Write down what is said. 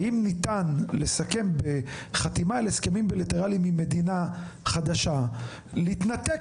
האם ניתן לסכם בחתימה על הסכמים בילטרליים עם מדינה חדשה להתנתק